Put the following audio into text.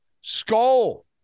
Skull